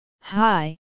Hi